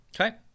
Okay